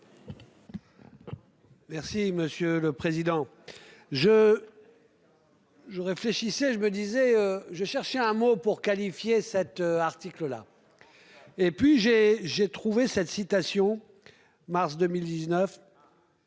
Merci monsieur le président. Je. Je réfléchissais, je me disais-je chercher un mot pour qualifier cet article là. Et puis j'ai j'ai trouvé cette citation. Mars 2019.